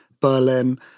Berlin